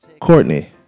Courtney